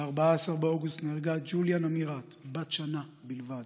ב-14 באוגוסט נהרגה ג'וליה נמיראת, בת שנה בלבד,